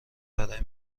برای